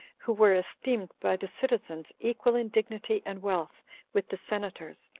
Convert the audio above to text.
who were esteemed by the citizens equal in dignity and wealth with the senators,